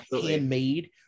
handmade